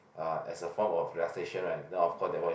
uh as a form of relaxation right then of course that one